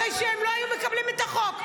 הרי הם לא היו מקבלים את החוק.